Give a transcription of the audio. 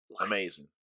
Amazing